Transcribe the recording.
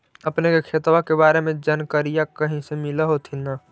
अपने के खेतबा के बारे मे जनकरीया कही से मिल होथिं न?